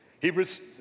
Hebrews